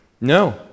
No